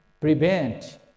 prevent